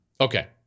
Okay